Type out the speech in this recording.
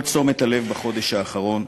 כל תשומת הלב בחודש האחרון,